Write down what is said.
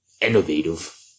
innovative